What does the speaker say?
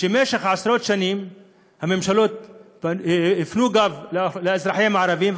שבמשך עשרות שנים הממשלות הפנו גב לאזרחים הערבים,